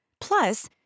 Plus